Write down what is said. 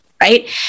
Right